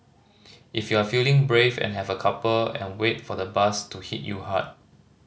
if you're feeling brave and have a couple and wait for the buzz to hit you hard